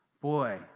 Boy